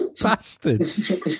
bastards